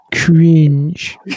cringe